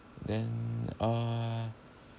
then uh